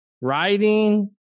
writing